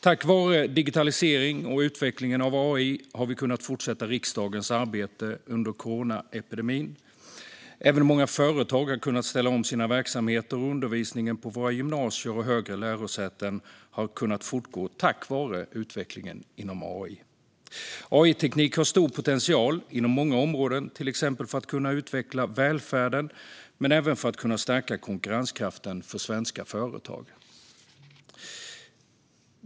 Tack vare digitaliseringen och utvecklingen av AI har vi kunnat fortsätta riksdagens arbete under coronapandemin. Även många företag har kunnat ställa om sina verksamheter, och undervisningen på våra gymnasier och högre lärosäten har kunnat fortgå tack vare utvecklingen inom AI. AI-teknik har stor potential inom många områden, till exempel för att kunna utveckla välfärden men även för att kunna stärka konkurrenskraften för svenska företag.